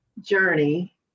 journey